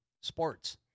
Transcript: sports